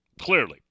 clearly